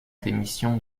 démission